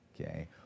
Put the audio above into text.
Okay